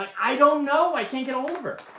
i don't know. i can't get ahold of her.